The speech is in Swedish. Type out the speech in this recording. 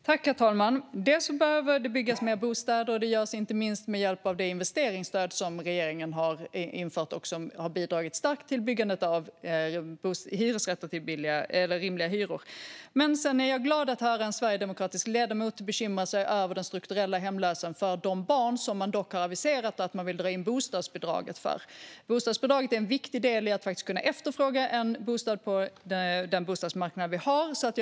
Herr talman! Bland annat behöver det byggas fler bostäder, och det görs inte minst med hjälp av det investeringsstöd som regeringen har infört. Det har starkt bidragit till byggandet av hyresrätter med rimliga hyror. Men sedan är jag glad att få höra en sverigedemokratisk ledamot bekymra sig över den strukturella hemlösheten för de barn som man dock har aviserat att man vill dra in bostadsbidraget för. Bostadsbidraget är en viktig del i att kunna efterfråga en bostad på den bostadsmarknad som finns.